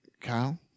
Kyle